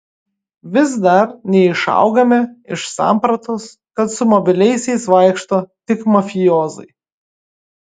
vis dar neišaugame iš sampratos kad su mobiliaisiais vaikšto tik mafijoziai